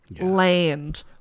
Land